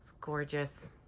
gorgeous.